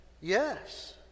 yes